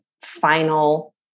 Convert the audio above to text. final